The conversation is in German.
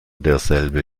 derselbe